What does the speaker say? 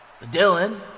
Dylan